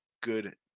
good